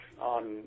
on